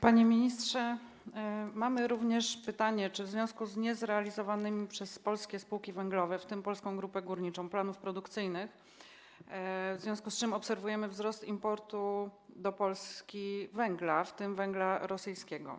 Panie ministrze, mamy również pytanie w związku z niezrealizowaniem przez polskie spółki węglowe, w tym Polską Grupę Górniczą, planów produkcyjnych, w związku z czym obserwujemy wzrost importu do Polski węgla, w tym węgla rosyjskiego.